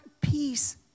peace